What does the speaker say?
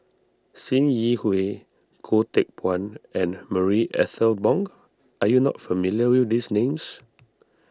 Sim Yi Hui Goh Teck Phuan and Marie Ethel Bong are you not familiar with these names